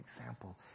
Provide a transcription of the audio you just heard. example